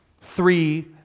Three